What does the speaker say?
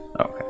Okay